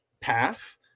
path